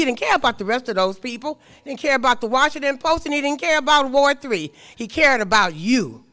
he didn't care about the rest of those people didn't care about the washington post and he didn't care beyond war three he cared about you